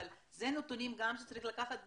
אבל אלה נתונים שצריך לקחת בחשבון.